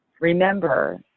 Remember